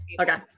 Okay